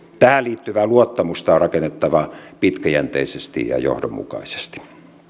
tähän liittyvää luottamusta on rakennettava pitkäjänteisesti ja johdonmukaisesti